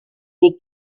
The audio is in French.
les